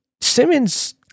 Simmons